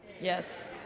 Yes